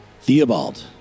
Theobald